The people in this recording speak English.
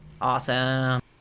Awesome